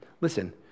Listen